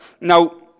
Now